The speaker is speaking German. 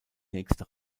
nächste